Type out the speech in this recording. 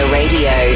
Radio